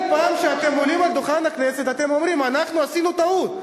כל פעם שאתם עולים על דוכן הכנסת אתם אומרים: אנחנו עשינו טעות.